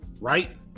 right